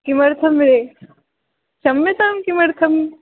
किमर्थं रे क्षम्यतां किमर्थम्